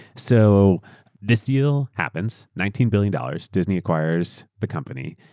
so this deal happens nineteen billion dollars, disney acquires the company,